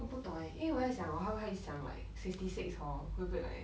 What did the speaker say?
我不懂 eh 因为我在想 hor 他会想 like sixty six hor 会不会 like